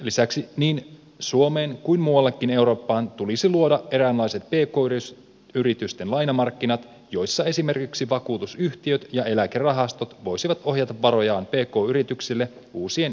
lisäksi niin suomeen kuin muuallekin eurooppaan tulisi luoda eräänlaiset pk yritysten lainamarkkinat joissa esimerkiksi vakuutusyhtiöt ja eläkerahastot voisivat ohjata varojaan pk yrityksille uusien instrumenttien avulla